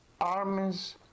armies